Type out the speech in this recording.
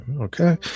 Okay